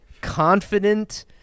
confident